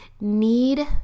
need